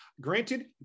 granted